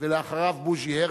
אחריו, בוז'י הרצוג.